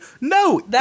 No